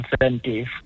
incentive